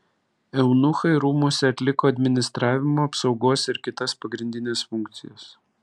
eunuchai rūmuose atliko administravimo apsaugos ir kitas pagrindines funkcijas